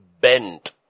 bent